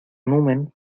numen